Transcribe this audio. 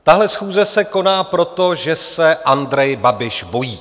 Tahle schůze se koná proto, že se Andrej Babiš bojí.